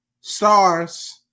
stars